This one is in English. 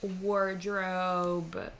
wardrobe